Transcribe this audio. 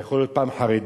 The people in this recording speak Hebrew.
זה יכול להיות פעם חרדי,